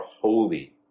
holy